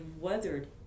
weathered